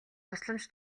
тусламж